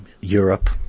Europe